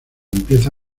empieza